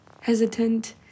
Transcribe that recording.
hesitant